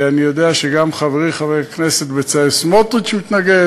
אני יודע שגם חברי חבר הכנסת בצלאל סמוטריץ מתנגד.